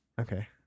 Okay